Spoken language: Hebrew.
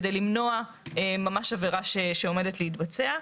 כדי למנוע ממש עבירה שעומדת להתבצע.